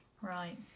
Right